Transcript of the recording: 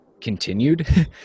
continued